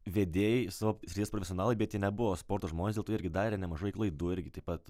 vedėjai savo srities profesionalai bet jie nebuvo sporto žmonės dėl to jie irgi darė nemažai klaidų irgi taip pat